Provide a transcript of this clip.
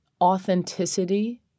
authenticity